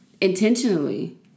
intentionally